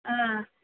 ஆ